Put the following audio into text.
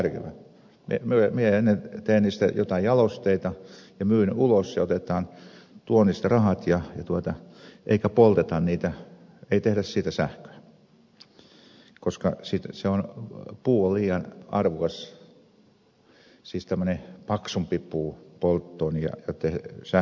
minä ennemmin teen niistä jotain jalosteita ja myyn ulos ja otetaan tuonnista rahat eikä polteta niitä ei tehdä siitä sähköä koska puu on liian arvokasta siis tämmöinen paksumpi puu polttoon ja sähkön tekoon